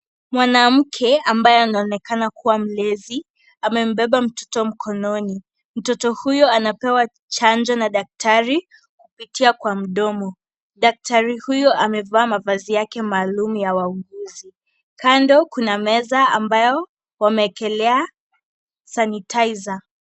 Mwanamke ambaye anaonekana kuwa mlezi. Amembeba mtoto mkononi. Mtoto huyu anapewa chanjo na daktari kupitia kwa mdomo. Daktari huyo amevaa mavazi yake maalum ya wauguzi. Kando, kuna meza ambayo wamewekelea sanitizer .